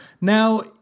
Now